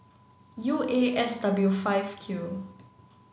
U A S W five Q